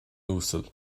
uasal